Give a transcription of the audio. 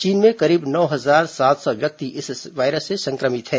चीन में करीब नौ हजार सात सौ व्यक्ति इस वायरस से संक्रमित हैं